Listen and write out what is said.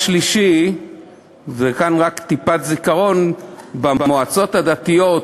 וכאן רק טיפת זיכרון: במועצות הדתיות,